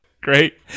Great